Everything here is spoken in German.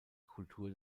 kultur